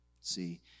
See